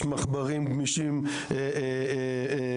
יש מחברים גמישים מיוחדים,